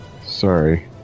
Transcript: Sorry